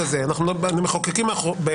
אני מחוקק מאחורי